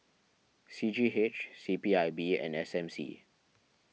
C G H C P I B and S M C